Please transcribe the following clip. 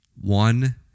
One